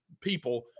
people